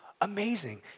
Amazing